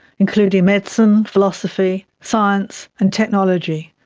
including medicine, philosophy, science and technology,